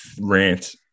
rant